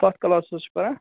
کَتھ کلاسَس حظ چھِ پران